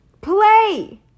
Play